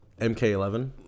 MK11